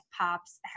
pops